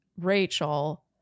Rachel